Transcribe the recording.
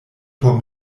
por